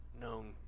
known